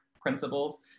principles